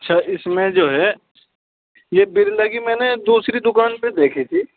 سر اس میں جو ہے یہ برلا کی میں نے دوسری دوکان پہ بھی دیکھی تھی